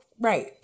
right